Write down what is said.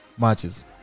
matches